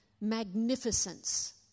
magnificence